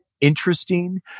interesting